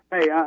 Hey